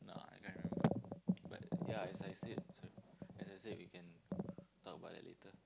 nah I can't remember but yeah as I said sorry as I said we can talk about that later